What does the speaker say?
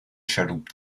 chaloupe